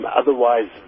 otherwise